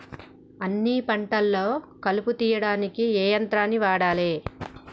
అన్ని పంటలలో కలుపు తీయనీకి ఏ యంత్రాన్ని వాడాలే?